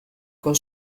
con